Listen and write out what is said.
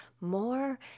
more